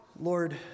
Lord